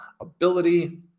ability